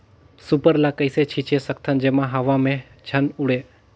Super ल कइसे छीचे सकथन जेमा हवा मे झन उड़े?